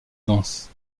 danse